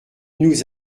nous